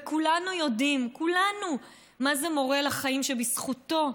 וכולנו יודעים, כולנו, מה זה מורה לחיים שבזכותו,